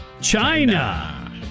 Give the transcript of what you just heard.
China